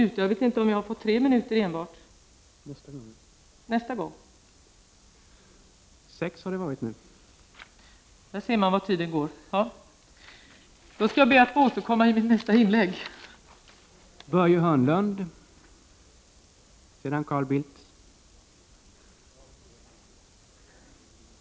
Jag skall be att få återkomma med fler argument i mitt nästa inlägg.